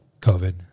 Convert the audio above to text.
COVID